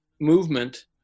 movement